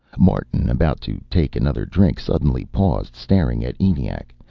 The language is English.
martin, about to take another drink, suddenly paused, staring at eniac.